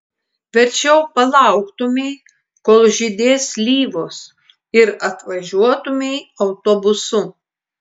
verčiau palauktumei kol žydės slyvos ir atvažiuotumei autobusu